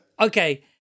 Okay